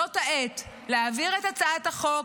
זאת העת להעביר את הצעת החוק,